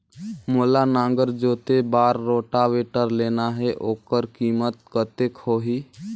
मोला नागर जोते बार रोटावेटर लेना हे ओकर कीमत कतेक होही?